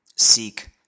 Seek